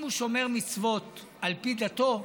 אם הוא שומר מצוות על פי דתו,